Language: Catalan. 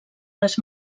les